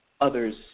others